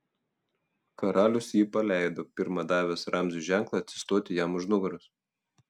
karalius jį paleido pirma davęs ramziui ženklą atsistoti jam už nugaros